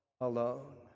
alone